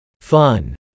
Fun